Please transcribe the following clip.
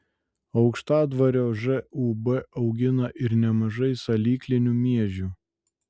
aukštadvario žūb augina ir nemažai salyklinių miežių